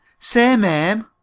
say, mame.